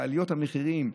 בעליות המחירים,